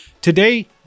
Today